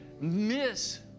miss